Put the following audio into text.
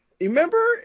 remember